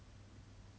ya ya ya